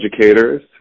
educators